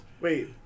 Wait